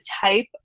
type